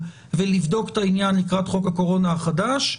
ולבדוק את העניין לקראת חוק הקורונה החדש,